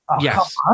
yes